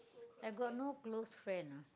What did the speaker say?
I got no close friend ah